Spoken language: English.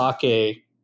sake